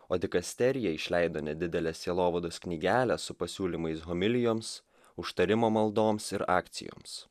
o dikasterija išleido nedidelę sielovados knygelę su pasiūlymais homilijoms užtarimo maldoms ir akcijoms